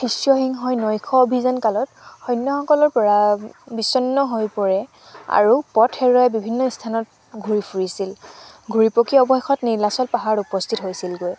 বিশ্বসিংহই নৈশ অভিযানকালত সৈন্যসকলৰ পৰা বিচ্ছন্ন হৈ পৰে আৰু পথ হেৰুৱাই বিভিন্ন স্থানত ঘূৰি ফুৰিছিল ঘূৰি পকি অৱশেষত নীলাচল পাহাৰত উপস্থিত হৈছিলগৈ